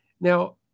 Now